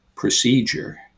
procedure